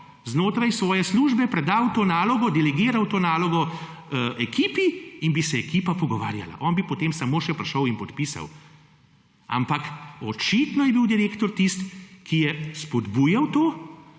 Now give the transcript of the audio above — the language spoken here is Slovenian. znotraj svoje službe, predal to nalogo, diligiral to nalogo ekipi in bi se ekipa pogovarjala, on bi potem samo še prišel in podpisal. Ampak očitno je bil direktor tisti, ki je spodbujal to